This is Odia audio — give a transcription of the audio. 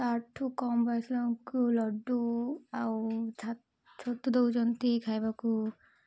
ତା'ଠୁ କମ୍ ବୟସକୁ ଲଡ଼ୁ ଆଉ ଛତୁ ଦେଉଛନ୍ତି ଖାଇବାକୁ